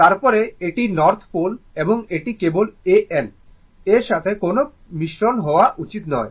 তারপরে এটি north pole এবং এটি কেবল A N এর সাথে কোনও মিশ্রণ হওয়া উচিত নয়